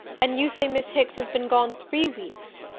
and you say miss hicks has been gone three weeks.